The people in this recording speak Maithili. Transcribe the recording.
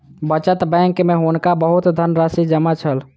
बचत बैंक में हुनका बहुत धनराशि जमा छल